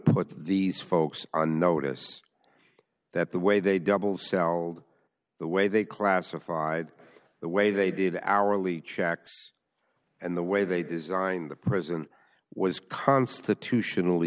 put these folks on notice that the way they double celled the way they classified the way they did our leech checks and the way they designed the president was constitutionally